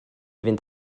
fynd